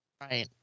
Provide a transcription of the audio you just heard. Right